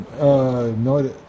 No